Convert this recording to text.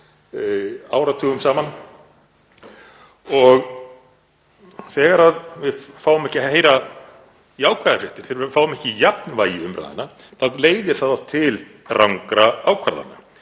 áratugum saman. Þegar við fáum ekki að heyra jákvæðar fréttir, þegar við fáum ekki jafnvægi í umræðuna, þá leiðir það oft til rangra ákvarðana.